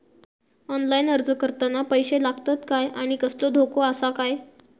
Online अर्ज करताना पैशे लागतत काय आनी कसलो धोको आसा काय?